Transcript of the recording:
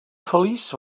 feliç